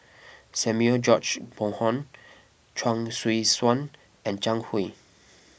Samuel George Bonham Chuang Hui Tsuan and Zhang Hui